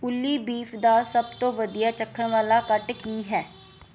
ਓਲੀ ਬੀਫ ਦਾ ਸਭ ਤੋਂ ਵਧੀਆ ਚੱਖਣ ਵਾਲਾ ਕੱਟ ਕੀ ਹੈ